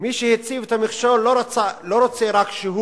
מי שהציב את המכשול לא רוצה רק שהוא